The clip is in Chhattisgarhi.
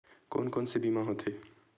कोन कोन से बीमा होथे?